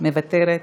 מוותרת,